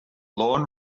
lawn